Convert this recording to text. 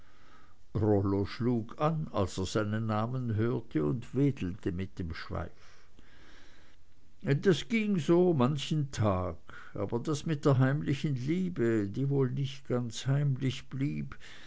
schlug an als er seinen namen hörte und wedelte mit dem schweif das ging so machen tag aber das mit der heimlichen liebe die wohl nicht ganz heimlich blieb